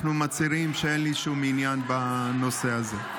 אנחנו מצהירים שאין לי שום עניין בנושא הזה.